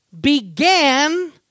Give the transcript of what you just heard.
began